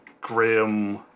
grim